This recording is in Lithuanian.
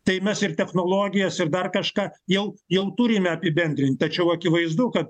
tai mes ir technologijas ir dar kažką jau jau turime apibendrint tačiau akivaizdu kad